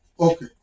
Okay